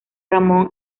ramón